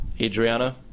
Adriana